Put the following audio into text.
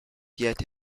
yet